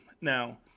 Now